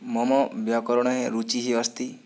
मम व्याकरणे रुचिः अस्ति